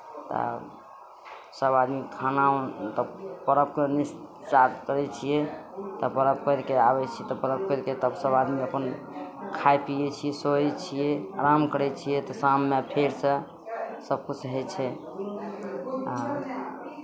तब सभ आदमी खाना तब पर्व कए निस्तार करै छियै तऽ पर्व करि कऽ आबै छियै तब पर्व करि कऽ तब सभ आदमी अपन खाइ पीयै छियै सोअइत छियै आराम करै छियै तऽ शाममे फेरसँ सभकिछु होइ छै हँ